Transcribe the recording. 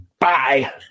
Bye